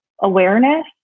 awareness